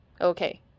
Okay